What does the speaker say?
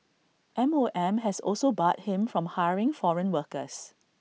M O M has also barred him from hiring foreign workers